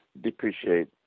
depreciate